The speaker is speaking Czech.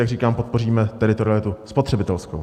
Jak říkám, podpoříme teritorialitu spotřebitelskou.